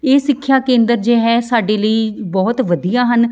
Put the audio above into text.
ਇਹ ਸਿੱਖਿਆ ਕੇਂਦਰ ਜੋ ਹੈ ਸਾਡੇ ਲਈ ਬਹੁਤ ਵਧੀਆ ਹਨ